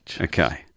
Okay